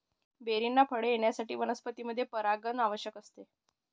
बेरींना फळे येण्यासाठी वनस्पतींमध्ये परागण आवश्यक असते